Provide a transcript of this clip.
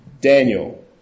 Daniel